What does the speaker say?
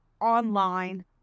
online